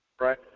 Right